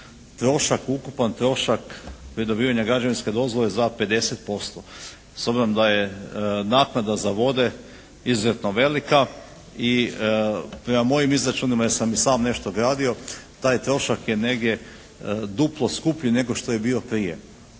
ukupan trošak pridobivanja građevinske dozvole za 50%. S obzirom da je naknada za vode izuzetno velika i prema mojim izračunima, jer sam i sam nešto gradio taj trošak je negdje duplo skuplji nego što je bio prije